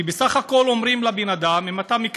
כי בסך הכול אומרים לבן אדם: אם אתה בא